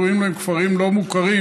קוראים להם "כפרים לא מוכרים"